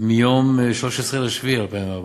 מיום 13 ביולי 2014,